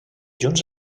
junts